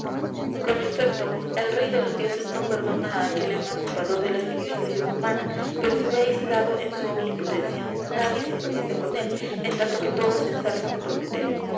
con efecto el rey de los dioses no perdona á aquel emancipador de la civilizaciónl humana pero se ve aislado en su omnipotencia nadie simpatiza con él en tanto que todos ensalnzan á prometeo